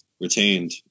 retained